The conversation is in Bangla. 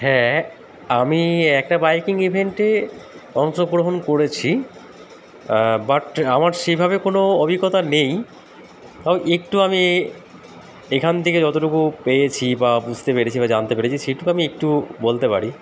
হ্যাঁ আমি একটা বাইকিং ইভেন্টে অংশগ্রহণ করেছি বাট আমার সেইভাবে কোনো অভিজ্ঞতা নেই তা একটু আমি এখান থেকে যতটুকু পেয়েছি বা বুঝতে পেরেছি বা জানতে পেরেছি সেটুকু আমি একটু বলতে পারি